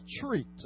treat